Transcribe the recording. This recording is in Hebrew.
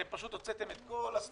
אז אני מבקש שתבואו עם תשובה.